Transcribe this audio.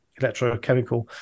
electrochemical